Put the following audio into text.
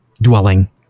dwelling